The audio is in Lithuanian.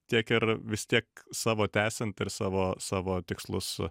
tiek ir vis tiek savo tęsiant ir savo savo tikslus